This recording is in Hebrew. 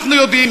אנחנו יודעים,